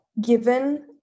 given